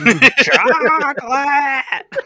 Chocolate